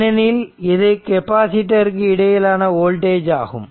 ஏனெனில் இது டெபாசிட் இருக்கு இடையேயான வோல்டேஜ் ஆகும்